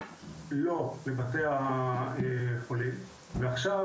לא לבתי החולים ועכשיו,